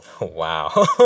Wow